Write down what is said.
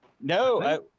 No